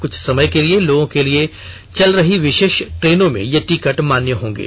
कुछ समय के लिये लोगों के लिए चल रही विशेष ट्रेनों में ये टिकट मान्य होंगे